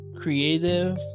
creative